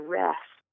rest